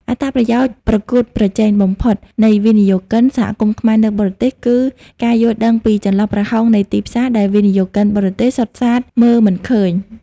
អត្ថប្រយោជន៍ប្រកួតប្រជែងបំផុតនៃវិនិយោគិន សហគមន៍ខ្មែរនៅបរទេស គឺការយល់ដឹងពី "ចន្លោះប្រហោងនៃទីផ្សារ" ដែលវិនិយោគិនបរទេសសុទ្ធសាធមើលមិនឃើញ។